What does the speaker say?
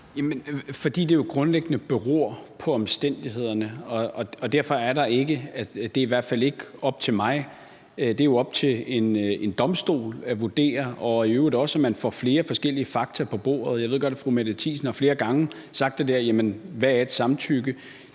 Fordi det jo grundlæggende beror på omstændighederne. Det er i hvert fald ikke op til mig; det er jo op til en domstol at vurdere. Og man skal i øvrigt også have flere forskellige fakta på bordet. Jeg ved godt, at fru Mette Thiesen flere gange har spurgt: Hvad er et samtykke?